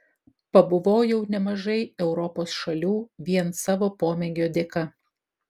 pabuvojau nemažai europos šalių vien savo pomėgio dėka